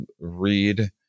read